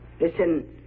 Listen